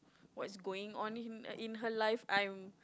what's going on in in her life I'm